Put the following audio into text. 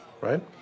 right